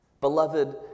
Beloved